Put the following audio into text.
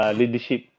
leadership